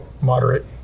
moderate